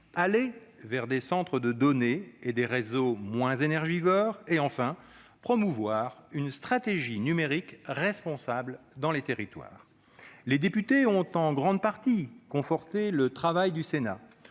aller vers des centres de données et des réseaux moins énergivores ; promouvoir une stratégie numérique responsable dans les territoires. Les députés ont en grande partie conforté le travail du Sénat.